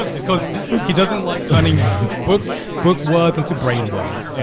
because he doesn't like turning book book words into brain words. yeah